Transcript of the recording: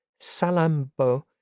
Salambo